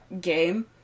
game